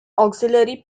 auxiliary